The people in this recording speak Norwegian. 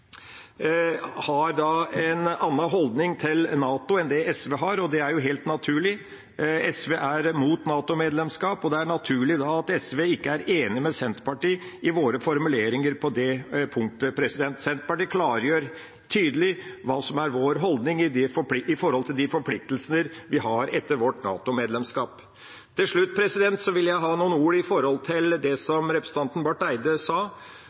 har en annen holdning til NATO enn det SV har, og det er jo helt naturlig. SV er mot NATO-medlemskap, og det er naturlig at SV ikke er enig med Senterpartiet i våre formuleringer på det punktet. Senterpartiet klargjør tydelig hva som er vår holdning med hensyn til de forpliktelser vi har etter vårt NATO-medlemskap. Til slutt noen ord til det representanten Barth Eide sa. Representanten sa, med fullt trykk, at en ikke ville støtte forslaget, det